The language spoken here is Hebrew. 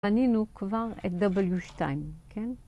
ענינו כבר את W2, כן?